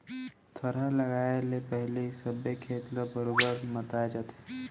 थरहा लगाए ले पहिली सबे खेत ल बरोबर मताए जाथे